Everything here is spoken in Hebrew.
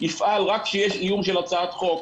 יפעל רק כשיש איום של הצעת חוק.